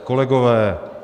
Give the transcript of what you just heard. Kolegové!